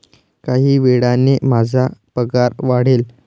काही वेळाने माझा पगार वाढेल